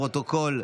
לפרוטוקול,